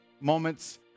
moments